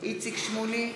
איציק שמולי,